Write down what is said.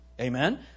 Amen